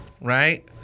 right